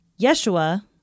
Yeshua